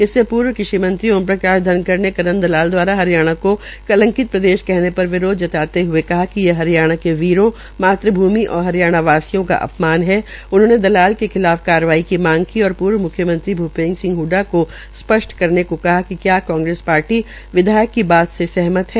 इससे पहले कृषि मंत्री ओम प्रकाश धनखड़ ने करण दलाल दवारा हरियाणा को कलंकित प्रदेश कहने पर विरोध जताते हए कहा कि यह हरियाणा के वीरों मातृ भूमि और हरियाणावासियों का अपमान है उन्होंने दलाल के खिलाफ कार्रवाई की मांग की और पर्व मुख्यमंत्री भूपेंद्र सिंह हडा को स्पष्ट करने को कहा कि क्या कांग्रेस पार्टी विधायक की बात से सहमत है